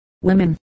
women